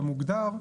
המוגדר,